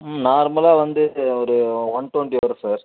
ம் நார்மலாக வந்து ஒரு ஒன் டொண்ட்டி வரும் சார்